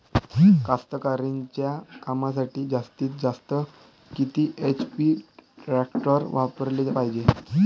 कास्तकारीच्या कामासाठी जास्तीत जास्त किती एच.पी टॅक्टर वापराले पायजे?